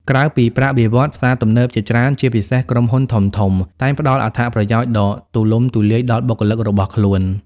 ក្រៅពីប្រាក់បៀវត្សរ៍ ផ្សារទំនើបជាច្រើន ជាពិសេសក្រុមហ៊ុនធំៗ តែងផ្ដល់អត្ថប្រយោជន៍ដ៏ទូលំទូលាយដល់បុគ្គលិករបស់ខ្លួន។